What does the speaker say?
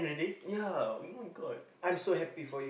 ya [oh]-my-god